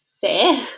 fair